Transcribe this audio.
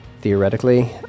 Theoretically